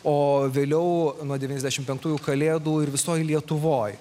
o vėliau nuo devyniasdešimt penktųjų kalėdų ir visoj lietuvoj